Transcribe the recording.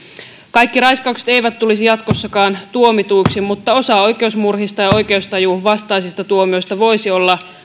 kaikki raiskaukset eivät tulisi jatkossakaan tuomituiksi mutta osa oikeusmurhista ja oikeustajun vastaisista tuomioista voisi olla